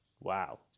Wow